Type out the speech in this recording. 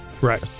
Right